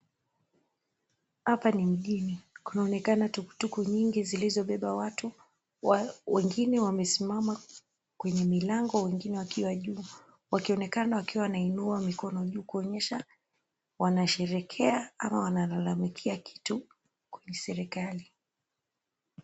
Hapa ni mjini, kunaonekana tuktuk nyingi zilizobeba watu, wengine wamesimama kwenye milango wengine wakiwa juu wakionekana wakiwa wanainua mikono juu wakionyesha wanasherehekea ama wanalalamikia kitu kwenye serikali.